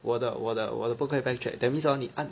我的我的我的不可以 backtrack that means hor 你按